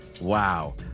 wow